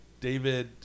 David